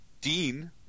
Dean